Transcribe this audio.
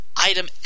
item